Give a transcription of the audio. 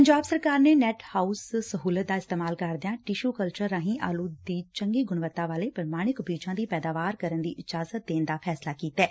ਪੰਜਾਬ ਸਰਕਾਰ ਨੇ net house ਸਹੁਲਤ ਦਾ ਇਸਤੇਮਾਲ ਕਰਦਿਆਂ ਟਿਸੁ ਕਲਚਰ ਰਾਹੀਂ ਆਲੁ ਦੇ ਚੰਗੀ ਗੁਣਵਤਾ ਵਾਲੇ ਪ੍ਰਮਾਣਿਕ ਬੀਜਾ ਦੀ ਪੈਦਾਵਾਰ ਕਰਨ ਦੀ ਇਜਾਜ਼ਤ ਦੇਣ ਦਾ ਫੈਸਲਾ ਕੀਤੈ